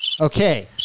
Okay